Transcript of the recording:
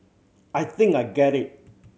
I think I get it